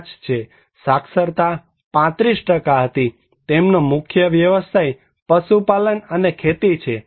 5 છે સાક્ષરતા 35 હતી તેમનો મુખ્ય વ્યવસાય પશુપાલન અને ખેતી છે